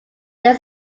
there